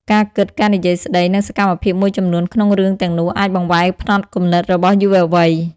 ការគិត ការនិយាយស្តី និងសកម្មភាពមួយចំនួនក្នុងរឿងទាំងនោះអាចបង្វែរផ្នត់គំនិតរបស់យុវវ័យ។